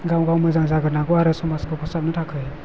गाव गाव मोजां जाग्रोनांगौ आरो समाजखौ फोसाबनो थाखाय